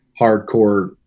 hardcore